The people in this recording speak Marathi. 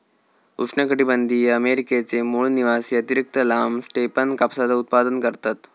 उष्णकटीबंधीय अमेरिकेचे मूळ निवासी अतिरिक्त लांब स्टेपन कापसाचा उत्पादन करतत